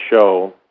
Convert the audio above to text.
show